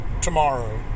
tomorrow